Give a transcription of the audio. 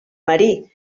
marí